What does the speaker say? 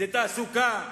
זה תעסוקה,